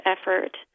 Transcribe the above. effort